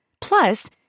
Plus